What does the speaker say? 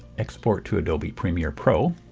export to adobe premiere pro